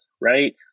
Right